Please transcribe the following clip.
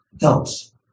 helps